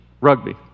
rugby